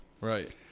right